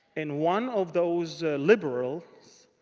and one of those liberals,